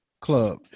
club